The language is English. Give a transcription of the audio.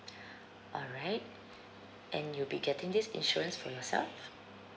alright and you'll be getting this insurance for yourself